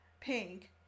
Pink